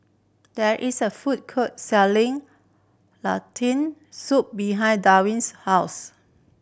there is a food court selling Lentil Soup behind Dewitt's house